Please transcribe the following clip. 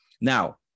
Now